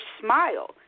smile